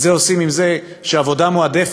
את זה עושים עם זה שעבודה מועדפת